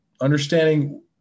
understanding